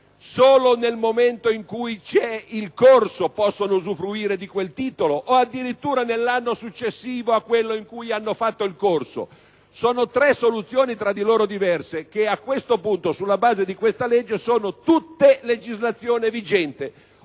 Solo nel momento in cui c'è il corso possono usufruire di quel titolo, o addirittura nell'anno successivo a quello in cui hanno fatto il corso? Sono tre soluzioni tra di loro diverse che a questo punto, sulla base di detta legge, sono legislazione vigente.